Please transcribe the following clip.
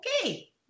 Okay